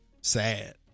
Sad